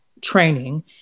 training